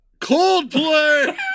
Coldplay